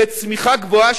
לצמיחה גבוהה,